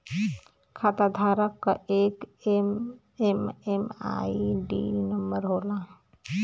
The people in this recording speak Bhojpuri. खाताधारक क एक एम.एम.आई.डी नंबर होला